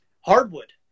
Hardwood